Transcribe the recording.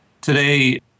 Today